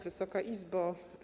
Wysoka Izbo!